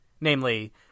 namely